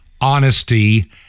honesty